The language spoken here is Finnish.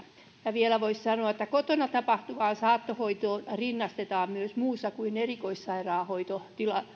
ja vielä voisi sanoa että kotona tapahtuvaan saattohoitoon rinnastetaan myös muussa kuin erikoissairaanhoidon